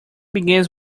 begins